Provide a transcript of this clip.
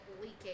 leaking